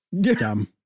Dumb